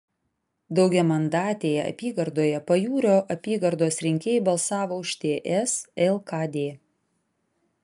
daugiamandatėje apygardoje pajūrio apygardos rinkėjai balsavo už ts lkd